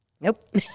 Nope